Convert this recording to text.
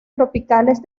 tropicales